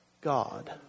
God